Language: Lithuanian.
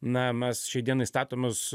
na mes šiai dienai statomos